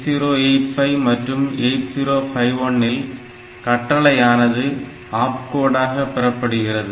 8085 மற்றும் 8051 இல் கட்டளையானது ஆப்கோடாக பெறப்படுகிறது